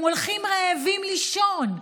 הם הולכים רעבים לישון,